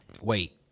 Wait